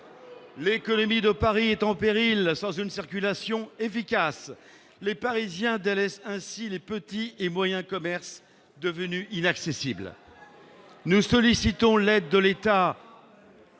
L'économie de Paris est en péril, sans une circulation efficace les Parisiens d'Alès ainsi les petits et moyens commerces devenus inaccessibles, nous sollicitons l'aide de l'État.